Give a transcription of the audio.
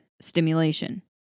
stimulation